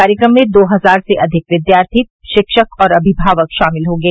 कार्यक्रम में दो हजार से अधिक विद्यार्थी शिक्षक और अभिभावक शामिल होंगे